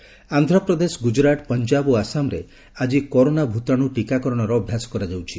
corona ଟୀକାକରଣ ଆନ୍ଧ୍ରପ୍ରଦେଶ ଗୁଜରାଟ ପଞ୍ଜାବ ଓ ଆସାମରେ ଆଜି କରୋନା ଭ୍ତତାଣୁ ଟୀକାକରଣର ଅଭ୍ୟାସ କରାଯାଉଛି